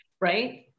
Right